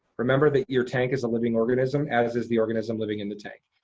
remember that your tank is a living organism as is the organism living in the tank.